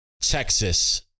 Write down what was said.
Texas